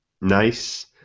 nice